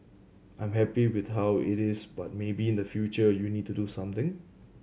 I'm happy with how it is but maybe in the future you need to do something